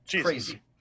crazy